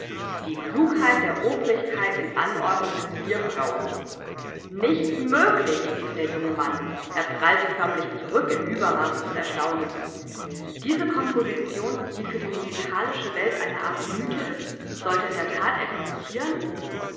die klugheit der obrigkeit in anordnung des bierbrauens nicht möglich rief der junge mann er prallte förmlich zurück im uebermaß des erstaunens diese komposition die für die musikalische welt eine art mythe ist sollte in der that existieren